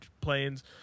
planes